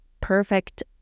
perfect